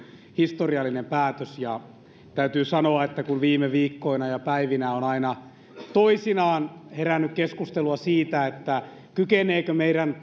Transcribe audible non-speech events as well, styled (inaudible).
historiallinen päätös täytyy sanoa että kun viime viikkoina ja päivinä on aina toisinaan herännyt keskustelua siitä kykeneekö meidän (unintelligible)